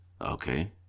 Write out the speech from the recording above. Okay